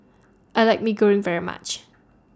I like Mee Goreng very much